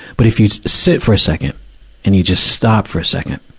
but if you sit for a second and you just stop for a second,